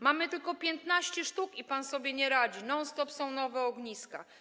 Mamy tylko 15 sztuk i pan sobie nie radzi, non stop są nowe ogniska.